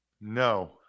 No